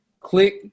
click